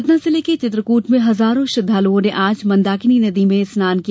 सतना जिले के चित्रकूट में हजारों श्रद्वालुओं ने आज मंदाकिनी नदी में स्नान किया